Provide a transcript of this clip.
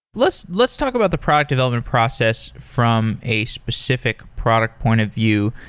let's let's talk about the product development process from a specific product point of view.